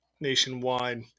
nationwide